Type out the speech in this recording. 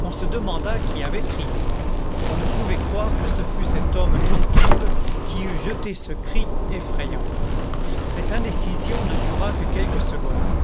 on se demanda qui avait crié on ne pouvait croire que ce fût cet homme tranquille qui eût jeté ce cri effrayant cette indécision ne dura que quelques secondes